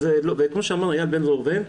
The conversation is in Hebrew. כמו שאמר איל בן ראובן,